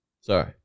Sorry